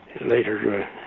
later